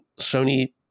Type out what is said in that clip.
Sony